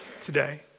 today